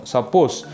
Suppose